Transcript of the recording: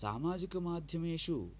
सामाजिकमाध्यमेषु